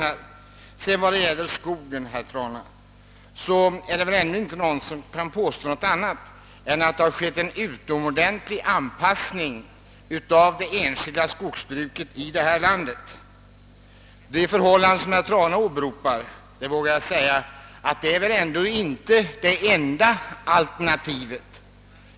Så några ord om skogen, herr Trana! Ingen kan väl ändå påstå annat än att det skett en utomordentlig anpassning av det enskilda skogsbruket i detta land. Det förhållande som herr Trana åberopar är ändå inte, vågar jag säga, det enda alternativet.